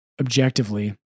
objectively